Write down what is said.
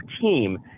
team